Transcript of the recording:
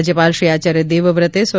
રાજ્યપાલ શ્રી આચાર્ય દેવવ્રતે સ્વ